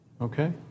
Okay